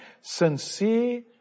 Sincere